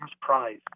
prize